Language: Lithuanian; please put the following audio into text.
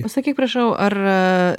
pasakyk prašau ar